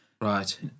right